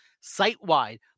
site-wide